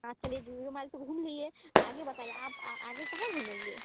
हाँ चलिए zero mile तो घूम लिए आगे बताइए आप आगे कहाँ घूमेंगे